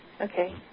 Okay